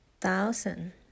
Thousand